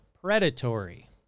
predatory